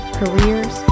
careers